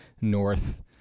north